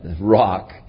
rock